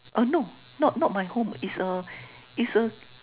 uh no not not my home is a is a